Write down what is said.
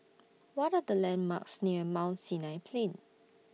What Are The landmarks near Mount Sinai Plain